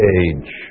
age